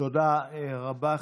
תודה רבה.